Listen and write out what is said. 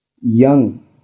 young